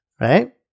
right